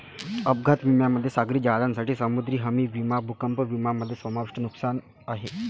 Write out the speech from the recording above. अपघात विम्यामध्ये सागरी जहाजांसाठी समुद्री हमी विमा भूकंप विमा मध्ये नुकसान समाविष्ट आहे